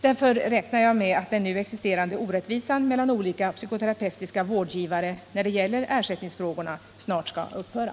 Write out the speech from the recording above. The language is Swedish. Därför räknar jag med att den nu existerande orättvisan mellan olika psykoterapeutiska vårdgivare när det gäller ersättningsfrågorna snart skall upphöra!